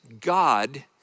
God